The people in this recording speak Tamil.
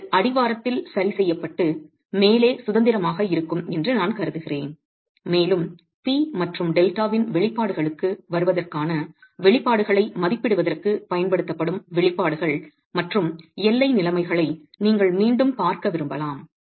இது அடிவாரத்தில் சரி செய்யப்பட்டு மேலே சுதந்திரமாக இருக்கும் என்று நான் கருதுகிறேன் மேலும் P மற்றும் டெல்டாவின் வெளிப்பாடுகளுக்கு வருவதற்கான வெளிப்பாடுகளை மதிப்பிடுவதற்கு பயன்படுத்தப்படும் வெளிப்பாடுகள் மற்றும் எல்லை நிலைமைகளை நீங்கள் மீண்டும் பார்க்க விரும்பலாம்